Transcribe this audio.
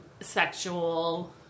sexual